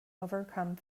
overcome